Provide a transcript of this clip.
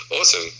Awesome